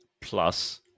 Plus